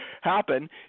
happen